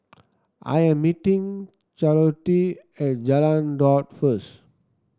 I am meeting Charlottie at Jalan Daud first